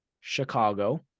Chicago